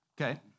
Okay